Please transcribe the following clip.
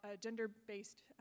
gender-based